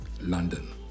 London